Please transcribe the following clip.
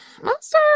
monster